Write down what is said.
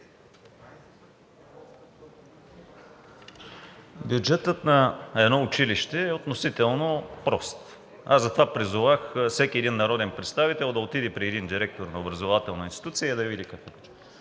Бюджетът на едно училище е относително прост. Аз затова призовах всеки един народен представител да отиде при един директор на образователна институция и да види.